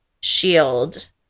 shield